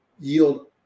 yield